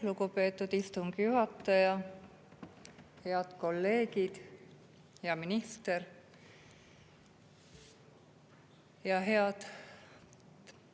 lugupeetud istungi juhataja! Head kolleegid! Hea minister! Head